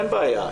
אין בעיה,